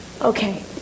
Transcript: Okay